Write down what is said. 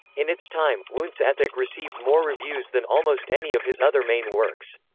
in its time, wundt's ethik received more reviews than almost any of his other main works.